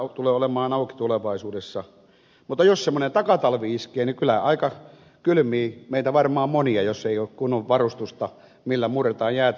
koillisväylä tulee olemaan auki tulevaisuudessa mutta jos semmoinen takatalvi iskee niin kyllä kylmii meitä varmaan aika monia jos ei ole kunnon varustusta millä murretaan jäätä